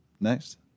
Next